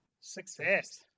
Success